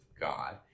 God